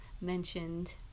mentioned